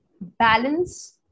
balance